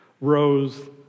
rose